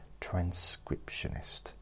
transcriptionist